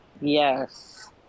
Yes